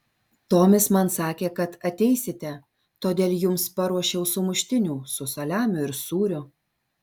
tomis man sakė kad ateisite todėl jums paruošiau sumuštinių su saliamiu ir sūriu